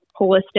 holistic